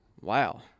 Wow